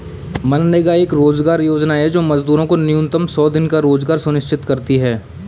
मनरेगा एक रोजगार योजना है जो मजदूरों को न्यूनतम सौ दिनों का रोजगार सुनिश्चित करती है